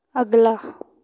ਅਗਲਾ